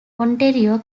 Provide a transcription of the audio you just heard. ontario